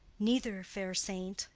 neither, fair saint,